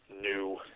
new